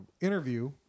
interview